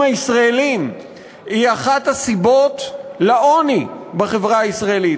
הישראלים הם אחת הסיבות לעוני בחברה הישראלית.